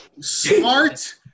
Smart